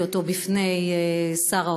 ואת הנושא הזה העליתי בפני שר האוצר.